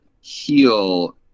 heal